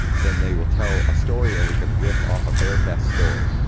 then they will tell a story and we can riff off of their best story.